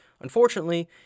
unfortunately